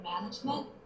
management